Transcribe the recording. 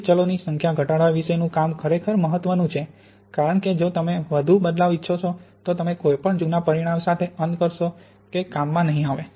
શુદ્ધ ચલોની સંખ્યા ઘટાડવા વિશે નું કામ ખરેખર મહત્વનું છે કારણ કે જો તમે વધું બદલાવ ઈચ્છો છો તો તમે કોઈપણ જૂના પરિણામ સાથે અંત કરશો કે કામ માં નહીં આવે